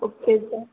okay sir